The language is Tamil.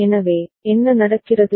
எனவே என்ன நடக்கிறது